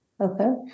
Okay